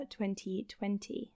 2020